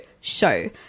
show